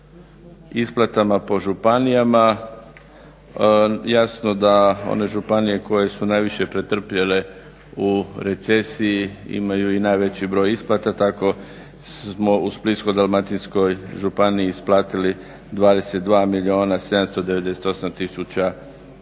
isplatama po županijama jasno da one županije koje su najviše pretrpjele u recesiji imaju i najveći broj isplata, tako smo u Splitsko-dalmatinskoj županiji isplatili 22 milijuna 798 tisuća